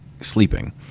sleeping